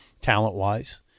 talent-wise